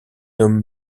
homme